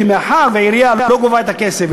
כי מאחר שהעירייה לא גובה את הכסף,